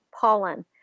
pollen